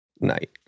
Night